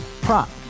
Prop